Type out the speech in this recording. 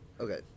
Okay